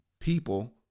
people